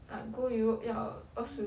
like go europe 要二十